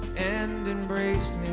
and embraced